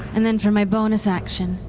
and then for my bonus action.